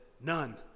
None